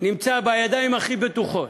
נמצא בידיים הכי בטוחות.